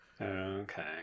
okay